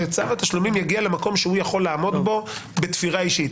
שצו התשלומים יגיע למקום שהוא יוכל לעמוד בו בתפירה אישית.